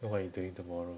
so what you doing tomorrow